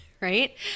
right